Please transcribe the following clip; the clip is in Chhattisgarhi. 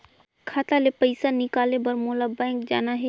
खाता ले पइसा निकाले बर मोला बैंक जाना हे?